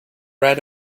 read